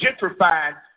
gentrified